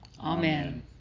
amen